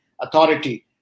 Authority